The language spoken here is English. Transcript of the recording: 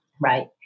right